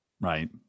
right